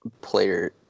Player